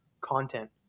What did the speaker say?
content